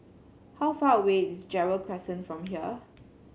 how far away is Gerald Crescent from here